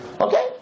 Okay